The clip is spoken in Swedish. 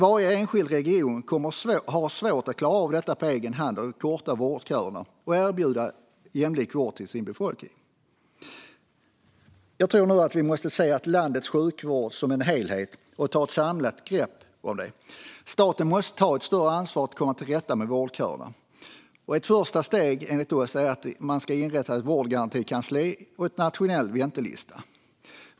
Varje enskild region kommer att ha svårt att klara av detta på egen hand och korta vårdköerna och erbjuda jämlik vård till sin befolkning. Jag tror att vi måste se landets sjukvård som en helhet och ta ett samlat grepp om den. Staten måste ta ett större ansvar för att komma till rätta med vårdköerna. Ett första steg enligt oss är att inrätta ett vårdgarantikansli och en nationell väntelista.